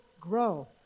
grow